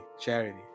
Charity